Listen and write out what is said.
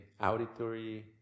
auditory